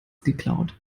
geklaut